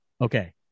Okay